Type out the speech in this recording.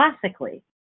classically